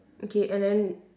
okay and then